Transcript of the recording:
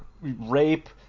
rape